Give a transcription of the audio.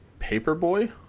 Paperboy